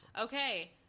okay